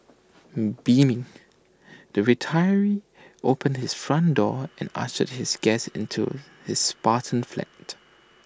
beaming the retiree opened his front door and ushered his guest into his Spartan flat